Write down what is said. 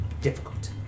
difficult